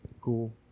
Cool